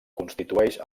constitueix